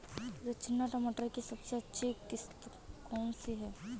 रचना मटर की सबसे अच्छी किश्त कौन सी है?